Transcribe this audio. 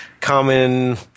common